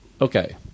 Okay